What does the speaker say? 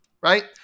Right